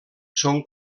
són